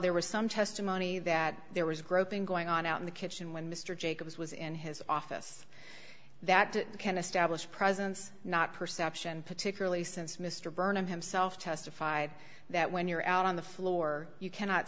there was some testimony that there was groping going on out in the kitchen when mr jacobs was in his office that can establish presence not perception particularly since mr burnham himself testified that when you're out on the floor you cannot